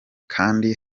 kandi